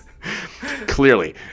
Clearly